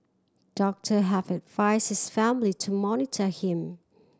doctor have advised his family to monitor him